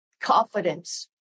confidence